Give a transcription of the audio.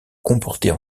comporter